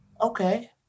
Okay